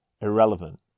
irrelevant